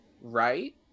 right